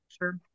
Sure